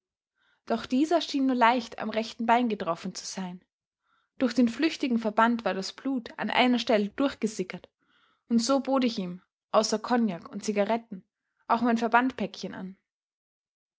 doch dieser schien nur leicht am rechten bein getroffen zu sein durch den flüchtigen verband war das blut an einer stelle durchgesickert und so bot ich ihm außer kognak und zigaretten auch mein verbandpäckchen an